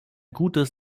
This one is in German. gutes